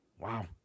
Wow